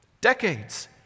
decades